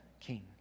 king